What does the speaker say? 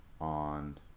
on